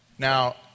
Now